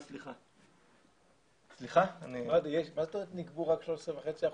מה זאת אומרת נגבו רק 13.5%,